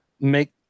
make